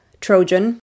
Trojan